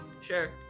Sure